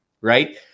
right